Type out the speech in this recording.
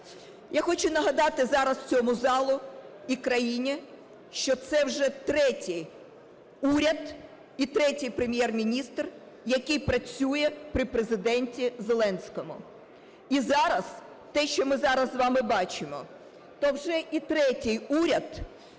Я хочу нагадати зараз цьому залу і країні, що це вже третій уряд і третій Прем'єр-міністр, який працює при Президенті Зеленському. І зараз те, що ми зараз з вами бачимо, то вже і третій уряд